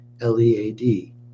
L-E-A-D